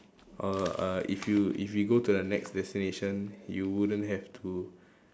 or uh if you if we go to the next destination you wouldn't have to